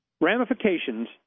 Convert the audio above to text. ramifications